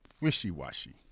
wishy-washy